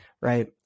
right